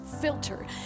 filter